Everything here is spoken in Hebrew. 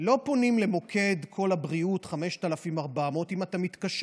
לא פונים למוקד קול הבריאות 5400. אם אתה מתקשר,